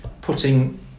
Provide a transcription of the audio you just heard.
putting